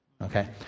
Okay